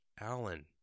Allen